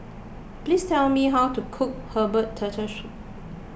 please tell me how to cook Herbal Turtle Soup